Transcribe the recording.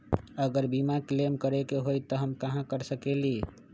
अगर बीमा क्लेम करे के होई त हम कहा कर सकेली?